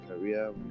career